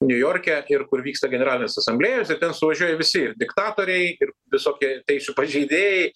niujorke ir kur vyksta generalinės asamblėjos ir ten suvažiuoja visi ir diktatoriai ir visokie teisių pažeidėjai